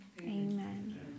Amen